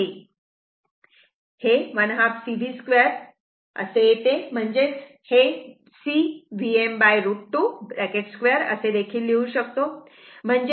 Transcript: हे ½ C Vm 2 असे येते म्हणजेच आपण हे C Vm√ 2 2 असे देखील लिहू शकतो